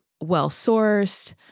well-sourced